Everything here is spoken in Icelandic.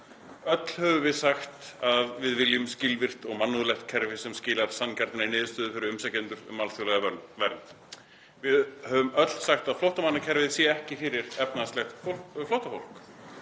Öll höfum við sagt að við viljum skilvirkt og mannúðlegt kerfi sem skilar sanngjarnri niðurstöðu fyrir umsækjendur um alþjóðlega vernd. Við höfum öll sagt að flóttamannakerfið sé ekki fyrir efnahagslegt flóttafólk.